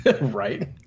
Right